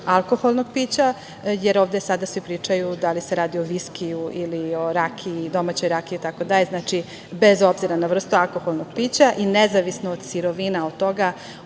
alkoholnog pića, jer ovde sada svi pričaju da li se radi o viskiju ili o rakiji, domaćoj rakiji. Tako da, bez obzira na vrstu alkoholnog pića i nezavisno od sirovina, od toga